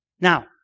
Now